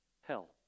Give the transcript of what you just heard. hell